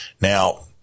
Now